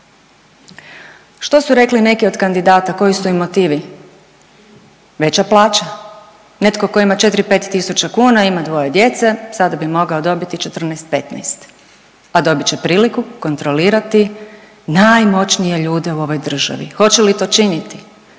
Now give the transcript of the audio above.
Što su rekli neki od kandidata koji su im motivi? Veća plaća. Netko tko ima 4-5 tisuća kuna, ima dvoje djece sada bi mogao dobiti 14-15, a dobit će priliku kontrolirati najmoćnije ljude u ovoj državi. Hoće li to činiti?